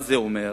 מה זה אומר